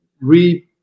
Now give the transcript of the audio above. re